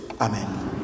Amen